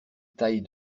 taille